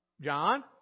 John